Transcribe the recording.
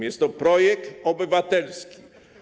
Jest to projekt obywatelski.